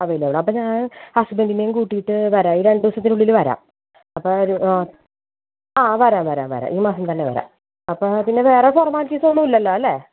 available അപ്പം ഞാൻ ഹസ്ബൻറിനേയും കൂട്ടിയിട്ട് വരാം ഈ രണ്ടു ദിവസത്തിനുള്ളിൽ വരാം അപ്പം ആ ആ വരാം വരാം വരാം ഈ മാസം തന്നെ വരാം അപ്പം പിന്നെ വേറെ ഫൊർമാൽറ്റീസ് ഒന്നും ഇല്ലല്ലോ അല്ലേ